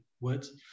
words